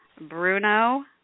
Bruno